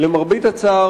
למרבה הצער,